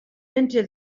into